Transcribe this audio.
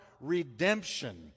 redemption